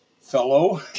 fellow